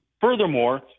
Furthermore